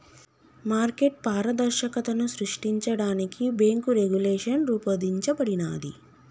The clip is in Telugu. మార్కెట్ పారదర్శకతను సృష్టించడానికి బ్యేంకు రెగ్యులేషన్ రూపొందించబడినాది